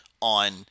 on